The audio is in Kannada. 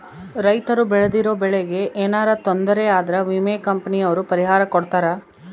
ರೈತರು ಬೆಳ್ದಿರೋ ಬೆಳೆ ಗೆ ಯೆನರ ತೊಂದರೆ ಆದ್ರ ವಿಮೆ ಕಂಪನಿ ಅವ್ರು ಪರಿಹಾರ ಕೊಡ್ತಾರ